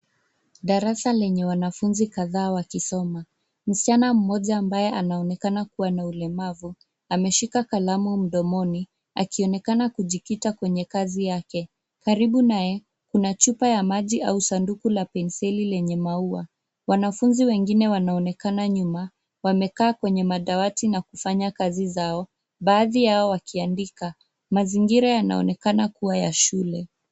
Darasa lenye wanafunzi kadhaa wakisoma. Msichana mmoja ambaye anaonekana kuwa na ulemavu ameshika kalamu mdomoni akionekana kijukita kwenye kazi yake. Karibu naye, kuna chupa ya maji au sanduku la penseli lenye maua. Wanafunzi wengine wanaonekana nyuma. Wamekaa kwenye madawati na kufanya kazi zao baadhi yao wakiandika. Mazingira yanaonekana kuwa ya shule.